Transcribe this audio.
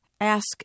ask